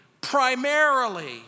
primarily